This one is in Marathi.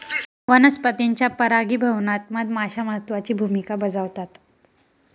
वनस्पतींच्या परागीभवनात मधमाश्या महत्त्वाची भूमिका बजावतात